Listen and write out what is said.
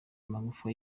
amagufa